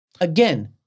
Again